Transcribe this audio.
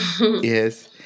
Yes